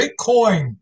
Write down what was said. Bitcoin